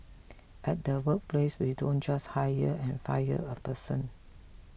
at the workplace we don't just hire and fire a person